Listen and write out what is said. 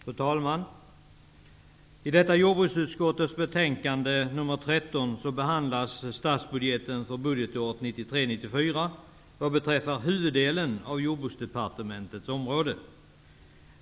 Fru talman! I detta jordbruksutskottets betänkande nr 13 behandlas statsbudgeten för budgetåret Jordbruksdepartementets område.